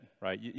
right